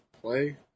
play